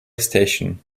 station